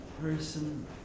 person